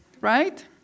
Right